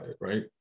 right